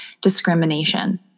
discrimination